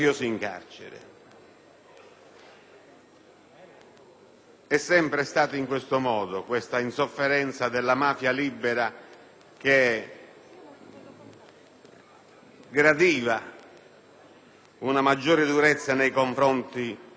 è sempre stata questa insofferenza della mafia libera che gradisce una maggiore durezza nei confronti dei mafiosi in carcere.